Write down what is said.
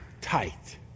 tight